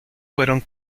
fueron